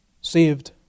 saved